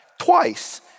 twice